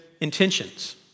intentions